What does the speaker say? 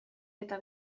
eta